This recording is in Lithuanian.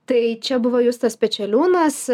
tai čia buvo justas pečeliūnas